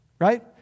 right